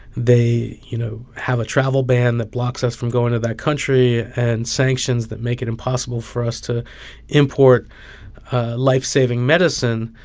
they, you know, have a travel ban that blocks us from going to that country and sanctions that make it impossible for us to import lifesaving medicine.